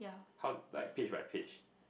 how like page by page